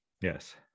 Yes